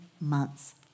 months